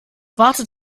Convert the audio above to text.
wartet